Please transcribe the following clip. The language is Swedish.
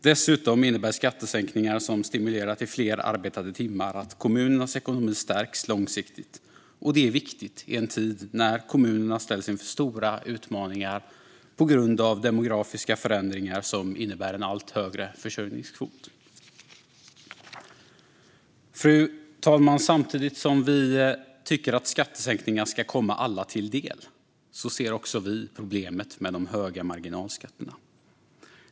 Dessutom innebär skattesänkningar som stimulerar till fler arbetade timmar att kommunernas ekonomi stärks långsiktigt, och det är viktigt i en tid när kommunerna ställs inför stora utmaningar på grund av demografiska förändringar som innebär en allt högre försörjningskvot. Fru talman! Samtidigt som vi tycker att skattesänkningar ska komma alla till del ser också vi problemet med de höga marginalskatterna.